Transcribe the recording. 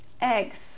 eggs